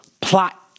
Plot